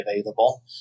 available